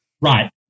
Right